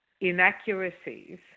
inaccuracies